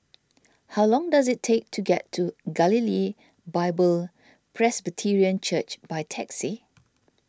how long does it take to get to Galilee Bible Presbyterian Church by taxi